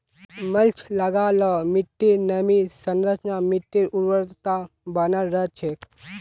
mulch लगा ल मिट्टीर नमीर संरक्षण, मिट्टीर उर्वरता बनाल रह छेक